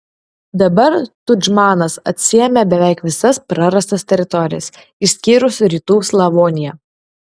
dabar tudžmanas atsiėmė beveik visas prarastas teritorijas išskyrus rytų slavoniją